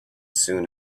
soon